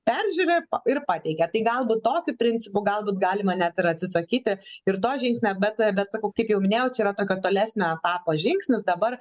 peržiūri ir pateikia tai galbūt tokiu principu galbūt galima net ir atsisakyti ir to žingsnio bet bet sakau kiek jau minėjau čia yra tokio tolesnio etapo žingsnis dabar